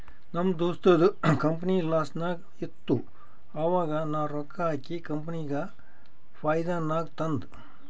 ನಮ್ ದೋಸ್ತದು ಕಂಪನಿ ಲಾಸ್ನಾಗ್ ಇತ್ತು ಆವಾಗ ನಾ ರೊಕ್ಕಾ ಹಾಕಿ ಕಂಪನಿಗ ಫೈದಾ ನಾಗ್ ತಂದ್